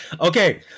Okay